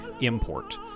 import